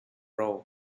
rowe